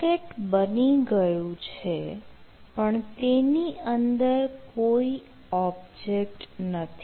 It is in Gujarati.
બકેટ બની ગયું છે પણ તેની અંદર કોઈ ઓબ્જેક્ટ નથી